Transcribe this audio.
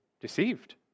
deceived